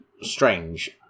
strange